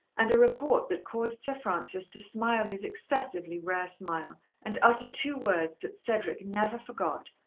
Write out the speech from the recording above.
and a report that caused sir francis to smile his excessively rare smile and utter two words that cedric never forgot,